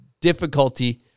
difficulty